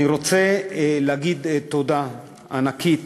אני רוצה לומר תודה ענקית